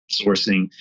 sourcing